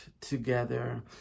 together